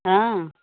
हँ